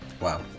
Wow